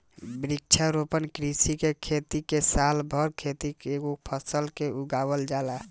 वृक्षारोपण कृषि के खेत में साल भर खातिर एकेगो फसल के उगावल जाला